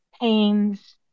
pains